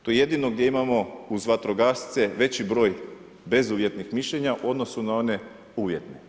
To jedino gdje imamo uz vatrogasce veći broj bezuvjetnih mišljenja u odnosu na one uvjetne.